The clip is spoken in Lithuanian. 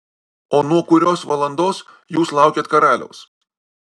o nuo kurios valandos jūs laukėt karaliaus